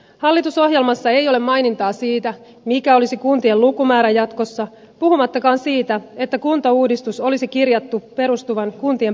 hallitusohjelmassa ei ole mainintaa siitä mikä olisi kuntien lukumäärä jatkossa puhumattakaan siitä että kuntauudistus olisi kirjattu perustuvan kuntien pakottamiseen